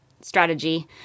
strategy